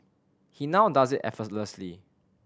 he now does it effortlessly